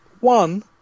one